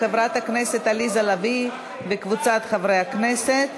של חברת הכנסת עליזה לביא וקבוצת חברי הכנסת.